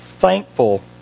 thankful